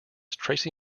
tracy